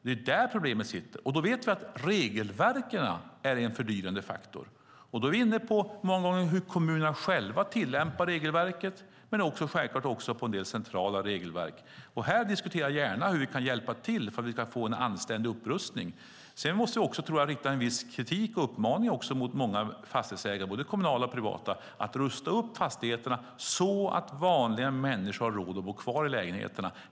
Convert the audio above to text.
Det är där problemet sitter. Vi vet att regelverken är en fördyrande faktor, och då är vi många gånger inne på hur kommunerna själva tillämpar regelverket och självklart även en del centrala regelverk. Här diskuterar jag gärna hur vi kan hjälpa till för att vi ska få en anständig upprustning. Sedan tror jag att vi måste rikta en viss kritik och uppmaningar mot många fastighetsägare, både kommunala och privata, att rusta upp fastigheterna så att vanliga människor har råd att bo kvar i lägenheterna.